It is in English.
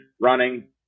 running